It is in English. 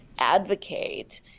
advocate